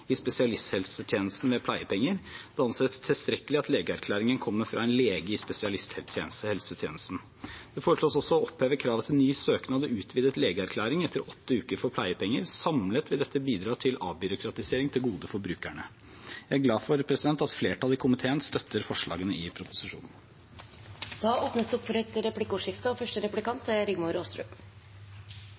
i spesialisthelsetjenesten ved pleiepenger. Det anses tilstrekkelig at legeerklæringen kommer fra en lege i spesialisthelsetjenesten. Det foreslås også å oppheve kravet til ny søknad og utvidet legeerklæring etter åtte uker for pleiepenger. Samlet vil dette bidra til avbyråkratisering til gode for brukerne. Jeg er glad for at flertallet i komiteen støtter forslagene i proposisjonen. Det blir replikkordskifte. Ordningen med behandlingsreiser til utlandet er bra for mange pasienter, og